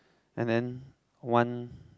and then one